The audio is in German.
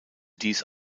dies